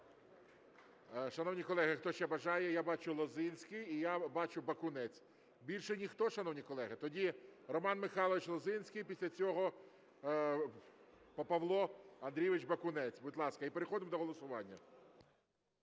Шановні колеги, хто ще бажає? Я бачу, Лозинський, і я бачу, Бакунець. Більше ніхто, шановні колеги? Тоді Роман Михайлович Лозинський, після цього Павло Андрійович Бакунець, будь ласка, і переходимо до голосування.